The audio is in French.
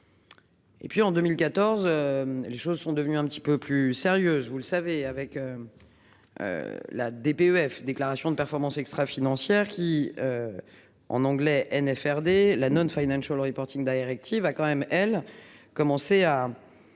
Et puis en 2014. Les choses sont devenues un petit peu plus sérieuses, vous le savez avec. La des PUF, déclaration de performance extra-financière qui. En anglais, nfr des la non-Finance sur le reporting directive a quand même elle commencer à.